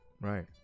Right